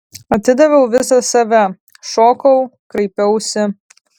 atidaviau visą save šokau kraipiausi